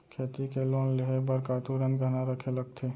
खेती के लोन लेहे बर का तुरंत गहना रखे लगथे?